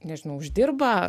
nežinau uždirba